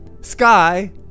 Sky